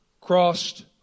crossed